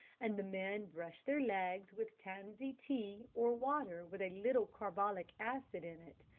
and the men brush their legs with tansy tea, or water with a little carbolic acid in it.